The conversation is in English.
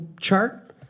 chart